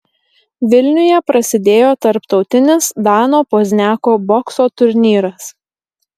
vilniuje prasidėjo tarptautinis dano pozniako bokso turnyras